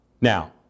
Now